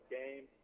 game